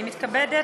אני מתכבדת